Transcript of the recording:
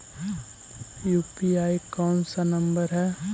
UPI कोन सा number हैं?